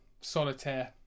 solitaire